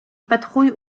patrouille